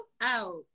out